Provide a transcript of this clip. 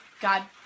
God